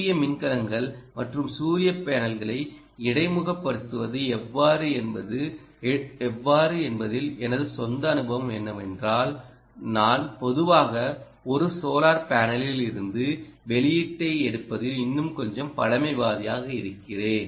சூரிய மின்கலங்கள் மற்றும் சூரிய பேனல்களை இடைமுகப்படுத்துவது எவ்வாறு என்பதில் எனது சொந்த அனுபவம் என்னவென்றால் நான் பொதுவாக ஒரு சோலார் பேனலில் இருந்து வெளியீட்டை எடுப்பதில் இன்னும் கொஞ்சம் பழமைவாதியாக இருக்கிறேன்